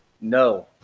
no